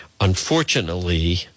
Unfortunately